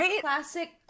classic